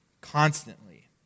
Constantly